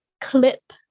clip